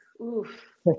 oof